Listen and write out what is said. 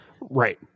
Right